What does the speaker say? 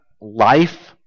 life